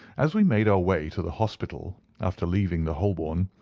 as we made our way to the hospital after leaving the holborn,